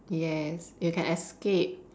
yes you can escape